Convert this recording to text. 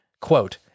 quote